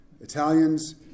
Italians